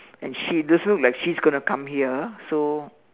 and she also like she's gonna come here so